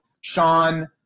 Sean